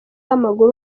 w’amaguru